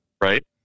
right